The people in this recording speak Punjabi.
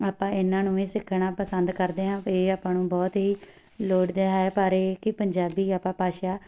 ਆਪਾਂ ਇਹਨਾਂ ਨੂੰ ਵੀ ਸਿੱਖਣਾ ਪਸੰਦ ਕਰਦੇ ਹਾਂ ਇਹ ਆਪਾਂ ਨੂੰ ਬਹੁਤ ਹੀ ਲੋੜਦਾ ਹੈ ਪਰ ਇਹ ਕਿ ਪੰਜਾਬੀ ਆਪਾਂ ਭਾਸ਼ਾ